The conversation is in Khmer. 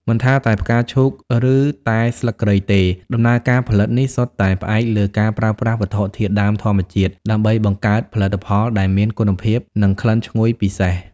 មិនថាតែផ្កាឈូក ឬតែស្លឹកគ្រៃទេ ដំណើរការផលិតនេះសុទ្ធតែផ្អែកលើការប្រើប្រាស់វត្ថុធាតុដើមធម្មជាតិដើម្បីបង្កើតផលិតផលដែលមានគុណភាពនិងក្លិនឈ្ងុយពិសេស។